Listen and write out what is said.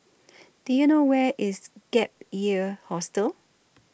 Do YOU know Where IS Gap Year Hostel